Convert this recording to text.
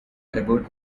ebert